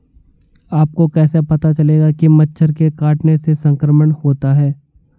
आपको कैसे पता चलेगा कि मच्छर के काटने से संक्रमण होता है?